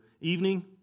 evening